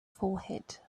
forehead